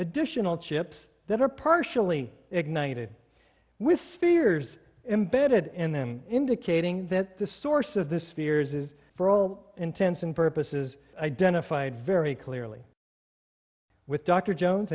additional chips that are partially ignited with spheres embedded in them indicating that the source of this fears is for all intents and purposes identified very clearly with dr jones